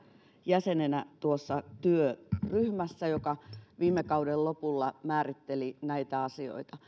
jäsenenä tuossa työryhmässä joka viime kauden lopulla määritteli näitä asioita